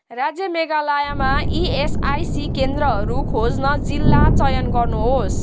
राज्य मेघालयमा इएसआइसी केन्द्रहरू खोज्न जिल्ला चयन गर्नुहोस्